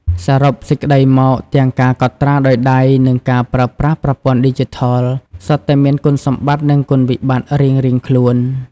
សរុបសេចក្តីមក ទាំងការកត់ត្រាដោយដៃ និងការប្រើប្រាស់ប្រព័ន្ធឌីជីថល សុទ្ធតែមានគុណសម្បត្តិ និងគុណវិបត្តិរៀងៗខ្លួន។